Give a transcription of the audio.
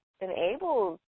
enables